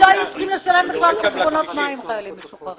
הם לא היו צריכים לשלם בכלל חשבונות מים חיילים משוחררים.